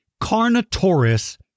Carnotaurus